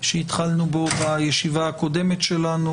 שהתחלנו בו בישיבה הקודמת שלנו,